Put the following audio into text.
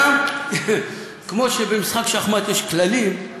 כמו שבמשחק שחמט יש כללים,